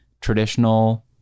traditional